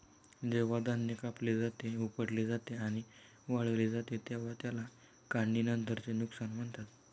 जेव्हा धान्य कापले जाते, उपटले जाते आणि वाळवले जाते तेव्हा त्याला काढणीनंतरचे नुकसान म्हणतात